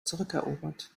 zurückerobert